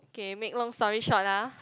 okay make long story short ah